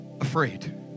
afraid